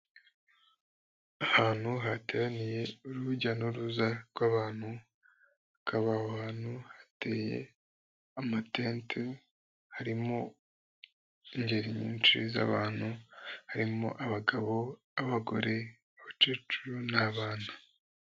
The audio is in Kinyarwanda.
Ahantu hateraniye urujya n'uruza rw'abantu, hakaba aho hantu hateye amatente, harimo ingeri nyinshi z'abantu harimo abagabo, abagore, abakecuru n'abana.